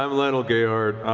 um lionel gayheart,